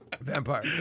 Vampire